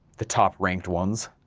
the top ranked ones,